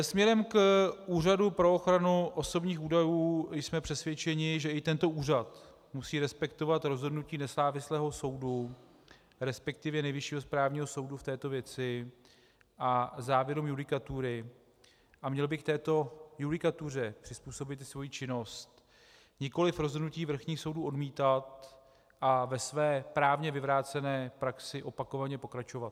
Směrem k Úřadu pro ochranu osobních údajů jsme přesvědčeni, že i tento úřad musí respektovat rozhodnutí nezávislého soudu, resp. Nejvyššího správního soudu v této věci a závěrů judikatury a měl by této judikatuře přizpůsobit i svoji činnost, nikoli rozhodnutí vrchního soudu odmítat a ve své právně vyvrácené praxi opakovaně pokračovat.